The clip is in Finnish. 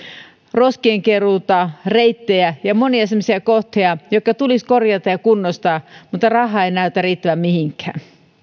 roskien keruuta reittejä ja monia semmoisia kohteita jotka tulisi korjata ja kunnostaa mutta rahaa ei näytä riittävän mihinkään